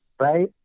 Right